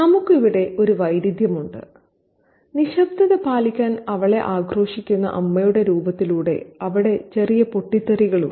നമുക്കിവിടെ ഒരു വൈരുദ്ധ്യമുണ്ട് നിശബ്ദത പാലിക്കാൻ അവളെ ആക്രോശിക്കുന്ന അമ്മയുടെ രൂപത്തിലൂടെ അവിടെ ചെറിയ പൊട്ടിത്തെറികളുണ്ട്